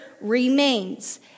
remains